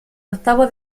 octavos